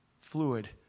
fluid